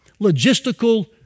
logistical